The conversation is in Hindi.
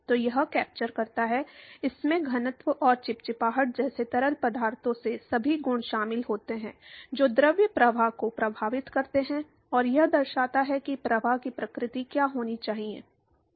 तो यह कैप्चर करता है इसमें घनत्व और चिपचिपाहट जैसे तरल पदार्थ के सभी गुण शामिल होते हैं जो द्रव प्रवाह को प्रभावित करते हैं और यह दर्शाता है कि प्रवाह की प्रकृति क्या होनी चाहिए